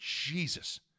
Jesus